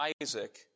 Isaac